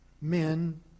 men